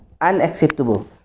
unacceptable